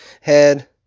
head